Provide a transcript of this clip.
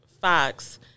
Fox